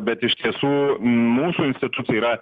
bet iš tiesų mūsų institucija yra